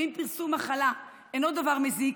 ואם פרסום מחלה אינו דבר מזיק,